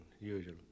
usual